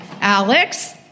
Alex